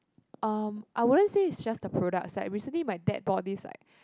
um I wouldn't say it's just the products like recently my dad bought this like